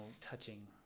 touching